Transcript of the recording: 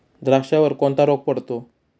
द्राक्षावर कोणता रोग पडतो?